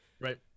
right